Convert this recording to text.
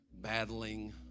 battling